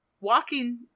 walking